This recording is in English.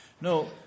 No